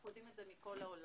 אנחנו יודעים את זה מכל העולם.